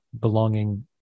belonging